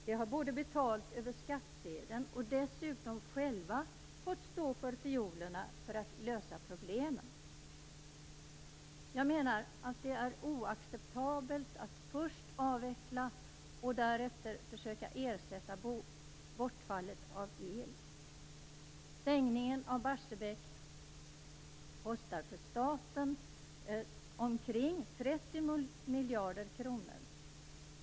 De har både betalat över skattsedeln och själva fått stå för fiolerna för att lösa problemen. Det är oacceptabelt att först avveckla och därefter försöka ersätta bortfallet av el. Stängningen av Barsebäck kostar staten omkring 30 miljarder kronor.